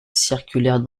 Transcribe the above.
circulaire